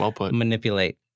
manipulate